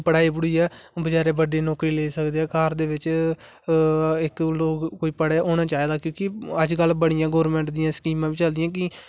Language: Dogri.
पढा़ई ऐ बचारे बड़ी नौकरी लेई सकदे घार दे बिच इक कोई पढे़ दा बी होना चाहिदा क्योकि अजकल बडियां गवर्नमेंट दियां स्कीमा बी चलदियां कि